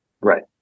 Right